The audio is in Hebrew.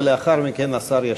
ולאחר מכן השר ישיב.